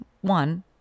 one